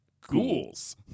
Ghouls